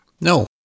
no